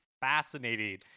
fascinating